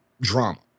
drama